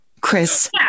Chris